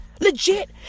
Legit